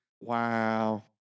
Wow